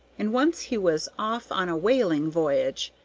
and once he was off on a whaling voyage,